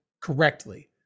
correctly